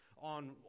on